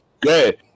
Good